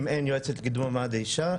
אם אין יועצת לקידום מעמד האישה,